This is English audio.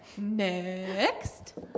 next